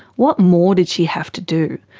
what more did she have to do?